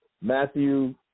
Matthew